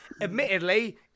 Admittedly